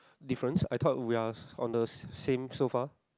difference I thought we're on the same so far